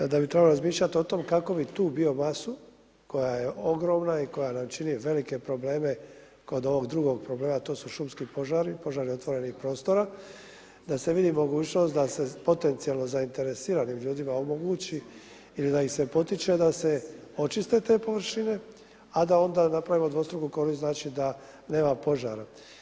Da bi trebalo razmišljati o tome, kako bi tu bio masu, koja je ogroman i koja nam čini velike probleme kod ovog drugog problema, a to su šumski požari, požari otvorenih prostora, da se vidi mogućnost, da se potencijalno zainteresiranim ljudi omogući ili da im se potiče da se očiste te površine a da onda napravimo dvostruku … znači da nema požara.